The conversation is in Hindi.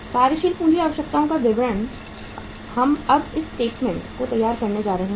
कार्यशील पूंजी आवश्यकताओं का विवरण हम अब इस स्टेटमेंट को तैयार करने जा रहे हैं